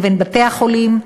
לבין בתי-החולים,